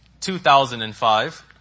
2005